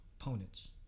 opponents